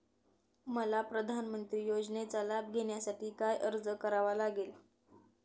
मला प्रधानमंत्री योजनेचा लाभ घेण्यासाठी काय अर्ज करावा लागेल?